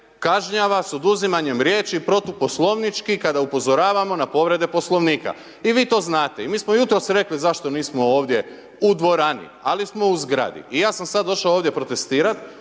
kažnjava sa oduzimanjem riječi protu poslovnički kada upozoravamo na povrede poslovnika i vi to znate. I mi smo jutros rekli, zašto nismo ovdje u dvorani, ali smo u zgradi. I ja sam sad došao ovdje protestirati,